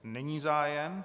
Není zájem.